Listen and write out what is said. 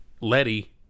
Letty